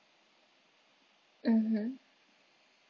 mmhmm